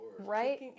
Right